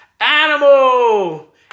animal